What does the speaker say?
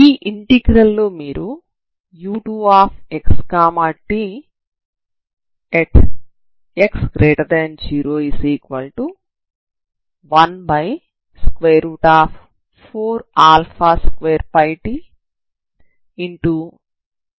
ఈ ఇంటిగ్రల్ లో మీరు u2xt|x014α2πt0e 242tfdy ∞0e x y242tfdy ని కలిగి ఉన్నారు